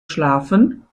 schlafen